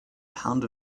pound